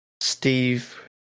Steve